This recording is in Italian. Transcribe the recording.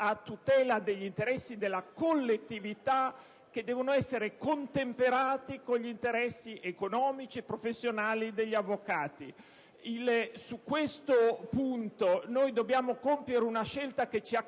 a tutela degli interessi della collettività, che devono essere - certo - contemperati con gli interessi economici e professionali degli avvocati. Su questo punto dobbiamo compiere una scelta che ci accompagnerà